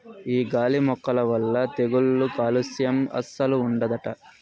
ఈ గాలి మొక్కల వల్ల తెగుళ్ళు కాలుస్యం అస్సలు ఉండదట